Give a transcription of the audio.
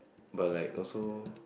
but like also